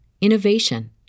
innovation